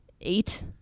Eight